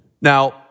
Now